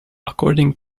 according